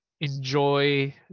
enjoy